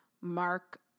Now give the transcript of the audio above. Mark